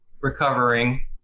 recovering